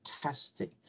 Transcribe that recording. fantastic